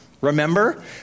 Remember